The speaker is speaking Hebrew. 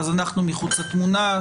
אנחנו מחוץ לתמונה,